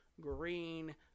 green